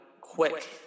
quick